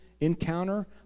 encounter